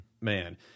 man